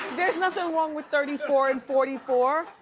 there's nothing wrong with thirty four and forty four.